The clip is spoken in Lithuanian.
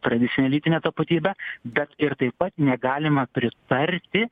tradicinę lytinę tapatybę bet ir taip pat negalima pritarti